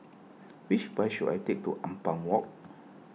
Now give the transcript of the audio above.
which bus should I take to Ampang Walk